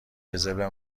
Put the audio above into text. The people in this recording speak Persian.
رزرو